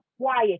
quiet